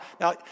now